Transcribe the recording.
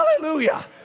Hallelujah